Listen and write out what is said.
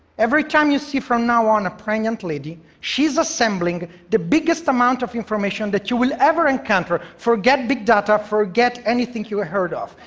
every time you see from now on a pregnant lady, she's assembling the biggest amount of information that you will ever encounter. forget big data, forget anything you ah heard of.